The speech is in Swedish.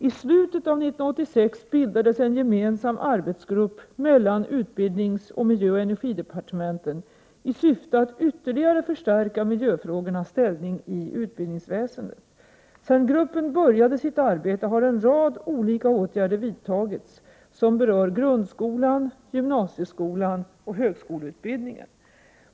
Islutet av 1986 bildades en gemensam arbetsgrupp mellan utbildningsoch miljöoch energidepartementen i syfte att ytterligare förstärka miljöfrågornas ställning i utbildningsväsendet. Sedan gruppen började sitt arbete har en rad olika åtgärder vidtagits som berör grundskolan, gymnasieskolan och högskoleutbildningen.